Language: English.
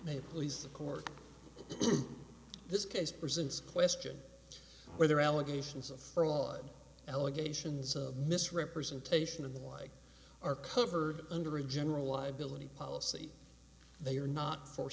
they please the court this case present question whether allegations of fraud allegations of misrepresentation of the wife are covered under a general liability policy they are not for